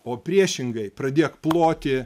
o priešingai pradėk ploti